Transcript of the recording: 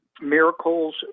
miracles